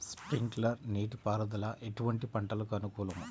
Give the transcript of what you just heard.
Sprinkler నీటిపారుదల ఎటువంటి పంటలకు అనుకూలము?